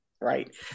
right